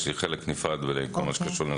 יש לי חלק נפרד בכל מה שקשור לנושא משפט.